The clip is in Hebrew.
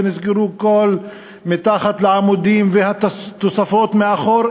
ונסגר הכול מתחת לעמודים והתוספות מאחור.